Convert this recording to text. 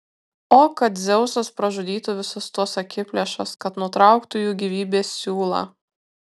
o kad dzeusas pražudytų visus tuos akiplėšas kad nutrauktų jų gyvybės siūlą